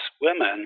women